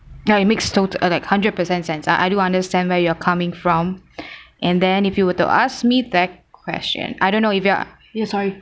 now it makes tot~ uh like a hundred percent sense ah I do understand where you're coming from and then if you were to ask me that question I don't know if you are you're sorry